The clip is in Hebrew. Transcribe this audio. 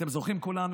אנחנו זוכרים כולנו,